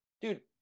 Dude